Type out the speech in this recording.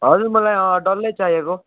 हजुर मलाई अँ डल्लै चाहिएको